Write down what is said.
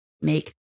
make